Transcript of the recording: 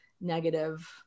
negative